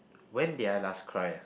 when did I last cry ah